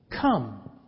come